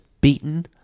beaten